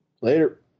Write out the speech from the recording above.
later